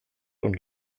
und